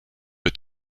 est